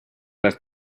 left